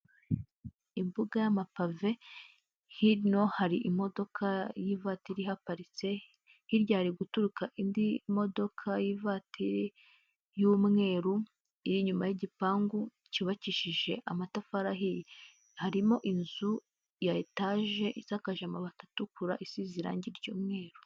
Imbuga y'amapave hino hari imodoka y'ivatiri ihaparitse hiryari hari guturika indi modoka y'ivatiri y'umweru iri inyuma y'igipangu cyubakishije amatafari ahiye harimo inzu ya etaje isakaje amabati atukura isize irangi umweru.